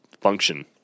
function